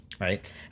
right